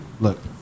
look